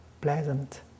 pleasant